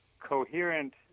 coherent